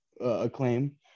acclaim